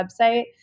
website